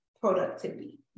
productivity